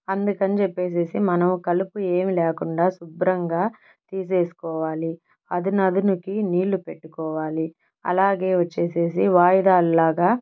అందుకని చెప్పేసి మనం కలుపు ఏమీ లేకుండా శుభ్రంగా తీసేసుకోవాలి అదును అదునికి నీళ్ళు పెట్టుకోవాలి అలాగే వచ్చేసేసి వాయిదాల్లాగా